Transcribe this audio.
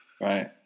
right